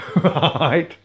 Right